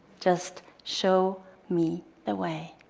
just show me the way.